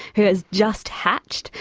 who has just hatched.